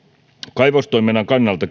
kaivostoiminnan kannalta